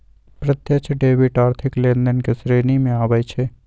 प्रत्यक्ष डेबिट आर्थिक लेनदेन के श्रेणी में आबइ छै